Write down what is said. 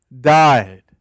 died